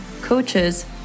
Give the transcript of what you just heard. coaches